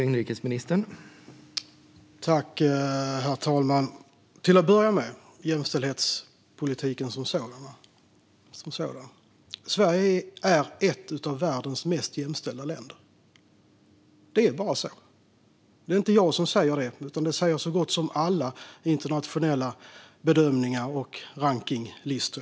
Herr talman! Till att börja med vill jag ta upp jämställdhetspolitiken som sådan. Sverige är ett av världens mest jämställda länder. Det är bara så. Det är inte bara jag som säger det, utan det säger man i så gott som alla internationella bedömningar och rankningslistor.